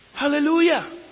Hallelujah